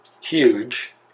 huge